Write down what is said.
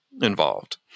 involved